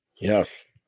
Yes